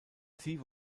sie